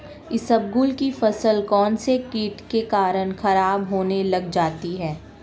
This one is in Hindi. इसबगोल की फसल कौनसे कीट के कारण खराब होने लग जाती है?